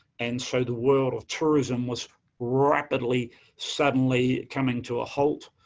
and so, the world of tourism was rapidly suddenly coming to a halt.